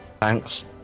thanks